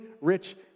rich